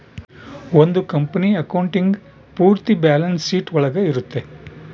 ಒಂದ್ company accounting ಪೂರ್ತಿ balance sheet ಒಳಗ ಇರುತ್ತೆ